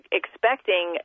expecting